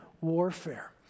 warfare